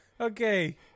Okay